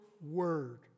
word